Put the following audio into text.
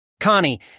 Connie